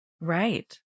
Right